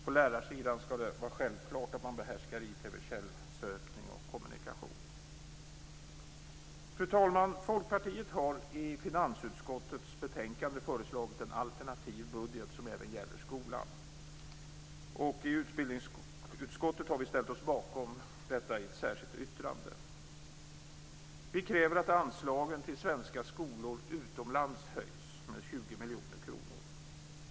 På lärarsidan skall det vara självklart att man behärskar IT vid källsökning och kommunikation. Fru talman! Folkpartiet har i finansutskottets betänkande föreslagit en alternativ budget som även gäller skolan. I utbildningsutskottet har vi ställt oss bakom denna i ett särskilt yttrande. Vi kräver att anslagen till svenska skolor utomlands höjs med 20 miljoner kronor.